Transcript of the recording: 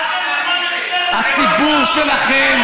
הציבור שלכם,